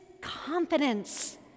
confidence